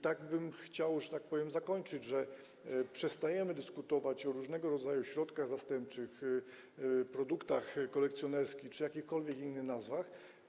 Tak bym chciał zakończyć, że przestajemy dyskutować o różnego rodzaju środkach zastępczych, produktach kolekcjonerskich czy jakichkolwiek innych nazwach.